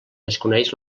desconeix